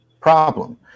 problem